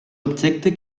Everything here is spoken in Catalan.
objecte